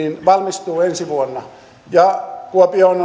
valmistuu ensi vuonna ja kuopioon